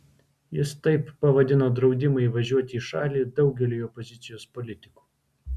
jis taip pavadino draudimą įvažiuoti į šalį daugeliui opozicijos politikų